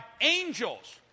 angels